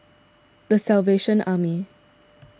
the Salvation Army